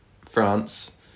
France